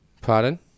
Pardon